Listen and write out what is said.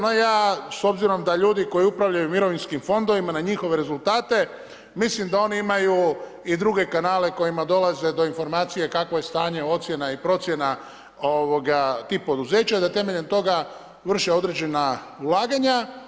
No ja, s obzirom da ljudi koji upravljaju mirovinskim fondovima na njihove rezultate mislim da oni imaju i druge kanale kojima dolaze do informacije kakvo je stanje ocjena i procjena tih poduzeća, da temeljem toga vrše određena ulaganja.